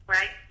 Right